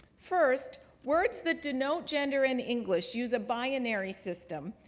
first, words that denote gender in english use a binary system.